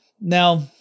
Now